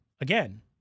again